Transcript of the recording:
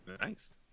Nice